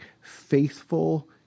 faithful